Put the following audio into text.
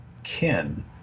kin